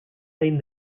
zein